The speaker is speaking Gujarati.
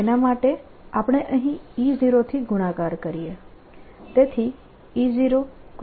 તેના માટે આપણે અહીં E0 થી ગુણાકાર કરીએ